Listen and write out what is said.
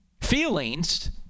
Feelings